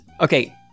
Okay